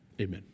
amen